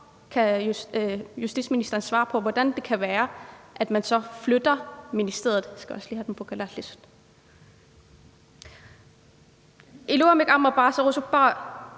Så kan ministeren svare på, hvordan det kan være, at man så flytter det